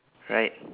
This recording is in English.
right